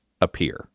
appear